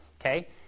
Okay